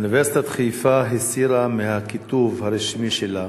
אוניברסיטת חיפה הסירה מהכיתוב הרשמי שלה